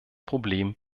problem